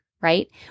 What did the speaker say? right